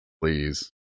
Please